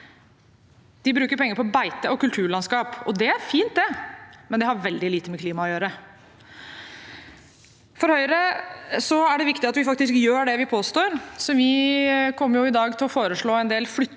De bruker penger på beite og kulturlandskap, og det er fint, men det har veldig lite med klima å gjøre. For Høyre er det viktig at vi faktisk gjør det vi påstår, så vi kommer i dag til å foreslå en del flyttinger